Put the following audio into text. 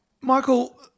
Michael